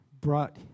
brought